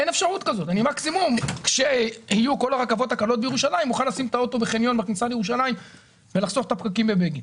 כשכל פרוטוקול מתחיל במילים "המשך המהפכה".